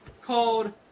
called